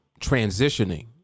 transitioning